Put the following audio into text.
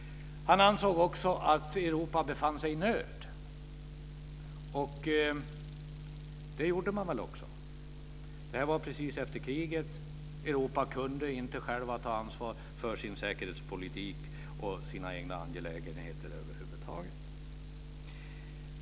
Han ansåg också att Europa befann sig i nöd. Det gjorde det väl också. Det här var precis efter kriget. Europa kunde inte självt ta ansvar för sin säkerhetspolitik och sina egna angelägenheter över huvud taget.